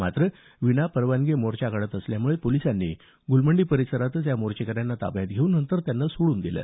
मात्र विना परवानगी मोर्चा काढल्यामुळे पोलिसांनी गुलमंडी परिसरात या मोर्चेकऱ्यांना ताब्यात घेऊन नंतर त्यांना सोडून दिलं